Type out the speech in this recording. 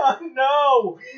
No